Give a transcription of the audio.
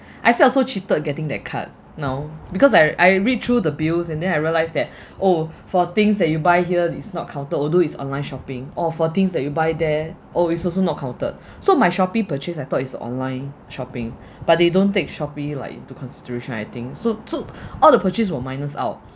I felt so cheated getting that card now because I I read through the bills and then I realize that oh for things that you buy here it's not counted although it's online shopping or for things that you buy there oh it's also not counted so my Shopee purchase I thought is online shopping but they don't take Shopee like into consideration I think so so all the purchase were minus out